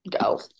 go